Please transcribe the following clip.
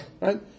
Right